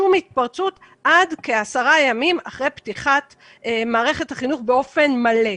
שום התפרצות עד כעשרה ימים אחרי פתיחת מערכת החינוך באופן מלא.